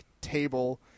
table